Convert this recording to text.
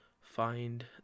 find